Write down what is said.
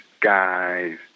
guys